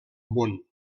món